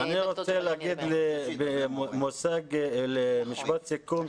אני רוצה להגיד במשפט סיכום,